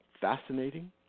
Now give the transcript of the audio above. fascinating